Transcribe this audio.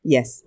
Yes